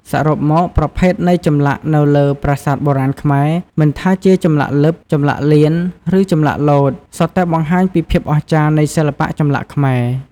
សរុបមក ប្រភេទនៃចម្លាក់នៅលើប្រាសាទបុរាណខ្មែរ មិនថាជាចម្លាក់លិប ចម្លាក់លៀន ឬចម្លាក់លោត សុទ្ធតែបង្ហាញពីភាពអស្ចារ្យនៃសិល្បៈចម្លាក់ខ្មែរ។